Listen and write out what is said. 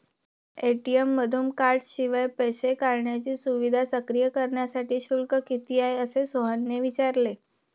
ATM मधून कार्डशिवाय पैसे काढण्याची सुविधा सक्रिय करण्यासाठी शुल्क किती आहे, असे सोहनने विचारले